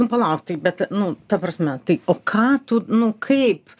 nu palauk tai bet nu ta prasme tai o ką tu nu kaip